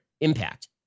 impact